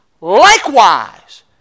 likewise